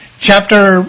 Chapter